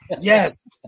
yes